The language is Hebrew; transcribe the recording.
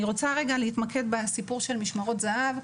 רוצה להתמקד בסיפור של משמרות זה"ב.